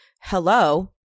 hello